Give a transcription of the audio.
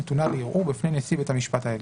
נתונה לערעור בפני נשיא בית המשפט העליון.".